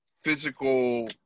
physical